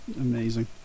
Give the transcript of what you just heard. amazing